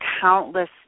countless